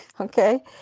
Okay